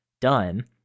done